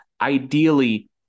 Ideally